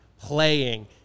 playing